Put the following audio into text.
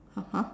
(uh huh)